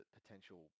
potential